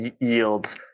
Yields